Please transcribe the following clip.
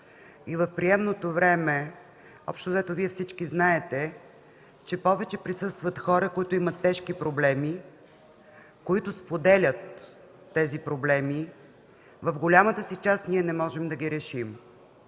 и в приемното време, общо взето, всички Вие знаете, че повече присъстват хора, които имат тежки проблеми, които споделят. В голямата си част не можем да ги решим.